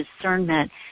discernment